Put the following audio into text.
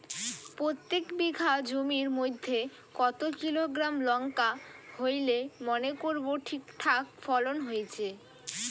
প্রত্যেক বিঘা জমির মইধ্যে কতো কিলোগ্রাম লঙ্কা হইলে মনে করব ঠিকঠাক ফলন হইছে?